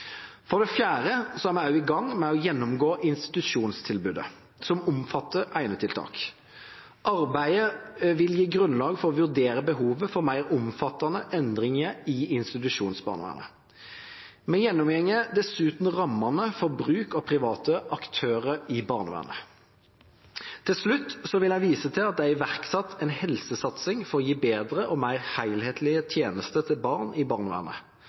For det fjerde er vi også i gang med å gjennomgå institusjonstilbudet, som omfatter enetiltak. Arbeidet vil gi grunnlag for å vurdere behovet for mer omfattende endringer i institusjonsbarnevernet. Vi gjennomgår dessuten rammene for bruk av private aktører i barnevernet. Til slutt vil jeg vise til at det er iverksatt en helsesatsing for å gi bedre og mer helhetlige tjenester til barn i barnevernet.